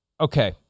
okay